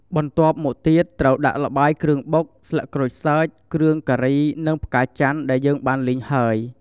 បន្ទាប់មកទៀត ត្រូវដាក់ល្បាយគ្រឿងបុក ស្លឹកក្រូចសើច គ្រឿងការីនឹងផ្កាចាន់ដែលយើងបានលីងហើយ។